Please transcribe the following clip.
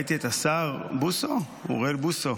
ראיתי את השר אוריאל בוסו,